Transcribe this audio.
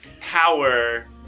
power